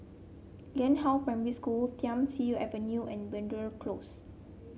Lianhua Primary School Thiam Siew Avenue and Belvedere Close